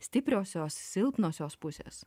stipriosios silpnosios pusės